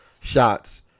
shots